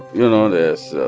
you know, this